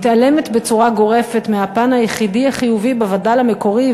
מתעלמת בצורה גורפת מהפן היחידי החיובי בווד"ל המקורי,